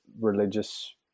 religious